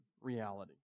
reality